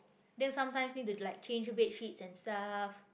then sometimes need to like change bedsheets and stuff